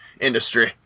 industry